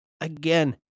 Again